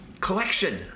collection